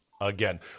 again